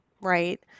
right